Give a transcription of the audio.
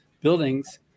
buildings